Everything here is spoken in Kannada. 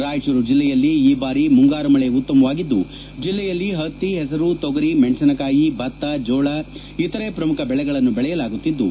ರಾಯಚೂರು ಜಿಲ್ಲೆಯಲ್ಲಿ ಈ ಬಾರಿ ಮುಂಗಾರು ಮಳೆ ಉತ್ತಮವಾಗಿದ್ದು ಜಿಲ್ಲೆಯಲ್ಲಿ ಹತ್ತಿ ಹೆಸರು ತೊಗರಿ ಮೆಣಸಿನಕಾಯಿ ಭತ್ತ ಜೋಳ ಇತರೆ ಪ್ರಮುಖ ಬೆಳೆಗಳನ್ನು ಬೆಳೆಯಲಾಗುತ್ತಿದ್ದು